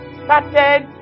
started